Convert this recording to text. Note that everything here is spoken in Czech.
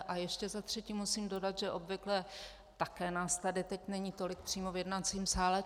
A ještě za třetí musím dodat, že obvykle také nás tady teď není tolik přímo v jednacím sále.